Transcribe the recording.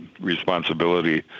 responsibility